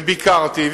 וביקרתי,